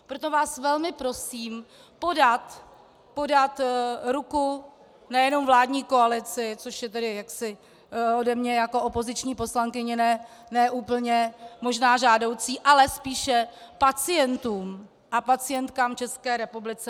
Proto vás velmi prosím podat ruku nejenom vládní koalici, což je tedy jaksi ode mne jako opoziční poslankyně ne úplně možná žádoucí, ale spíše pacientům a pacientkám v České republice.